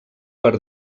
per